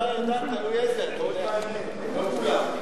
השר ארדן, תלוי איזה, לא כולם.